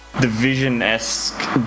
division-esque